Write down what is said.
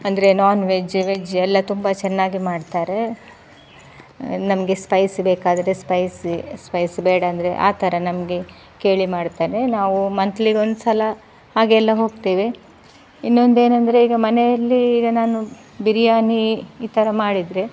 ಅಂದರೆ non veg veg ಎಲ್ಲ ತುಂಬ ಚೆನ್ನಾಗಿ ಮಾಡ್ತಾರೆ ನಮಗೆ ಸ್ಪೈಸಿ ಬೇಕಾದರೆ ಸ್ಪೈಸಿ ಸ್ಪೈಸಿ ಬೇಡ ಅಂದರೆ ಆ ಥರ ನಮಗೆ ಕೇಳಿ ಮಾಡ್ತಾರೆ ನಾವು ಮಂತ್ಲಿಗೊಂದ್ಸಲ ಹಾಗೆಲ್ಲ ಹೋಗ್ತೇವೆ ಇನ್ನೊಂದೇನಂದರೆ ಈಗ ಮನೆಯಲ್ಲಿ ಈಗ ನಾನು ಬಿರಿಯಾನಿ ಈ ಥರ ಮಾಡಿದರೆ